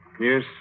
Yes